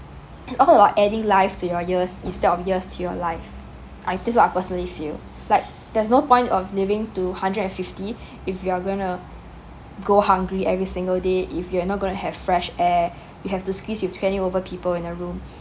it's all about adding life to your years instead of years to your life I this what I personally feel like there's no point of living to hundred and fifty if you're gonna go hungry every single day if you are not going to have fresh air you have to squeeze with twnety over people in a room